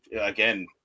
again